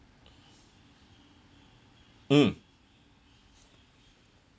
mm